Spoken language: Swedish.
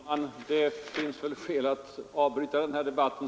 Herr talman! Det finns väl skäl att snart avbryta denna debatt.